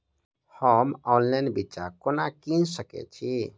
हम ऑनलाइन बिच्चा कोना किनि सके छी?